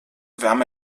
wärme